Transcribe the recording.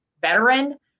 veteran